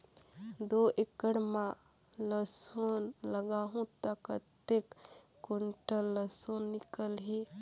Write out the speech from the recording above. दो एकड़ मां लसुन लगाहूं ता कतेक कुंटल लसुन निकल ही?